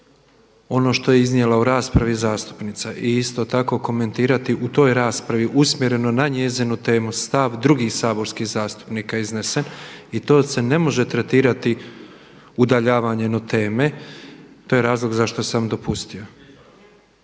ono što je iznijela u raspravi zastupnica i isto tako komentirati u toj raspravi usmjereno na njezinu temu stav drugih saborskih zastupnika iznesen, i to se ne može tretirati udaljavanjem od teme. To je razlog zašto sam dopustio.